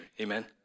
Amen